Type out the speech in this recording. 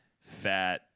fat